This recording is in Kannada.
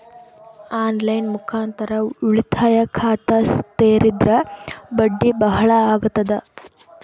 ಆನ್ ಲೈನ್ ಮುಖಾಂತರ ಉಳಿತಾಯ ಖಾತ ತೇರಿದ್ರ ಬಡ್ಡಿ ಬಹಳ ಅಗತದ?